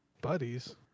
buddies